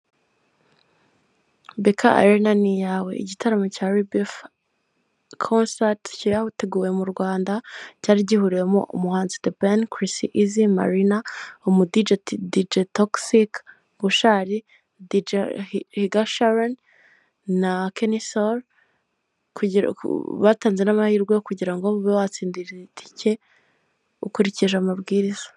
Bike Arena ni iyawe. Igitaramo cya ribifa konsati cyateguwe mu Rwanda cyari gihuriwemo umuhanzi debeni, kirisi izi, marina, umudije dije togisiki, bushari, dije higa shareni na kenisoro, batanze n'amahirwe yo kugira ngo ube watsindira itike ukurikije amabwiriza.